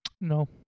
No